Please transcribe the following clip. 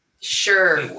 Sure